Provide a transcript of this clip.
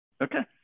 Okay